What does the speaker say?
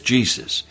Jesus